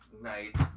night